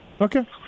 Okay